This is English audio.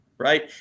Right